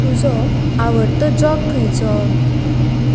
तुजो आवडटो जॉक खंयचो